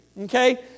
okay